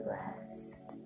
rest